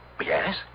Yes